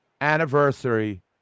anniversary